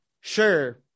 sure